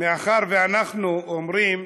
מאחר שאנחנו אומרים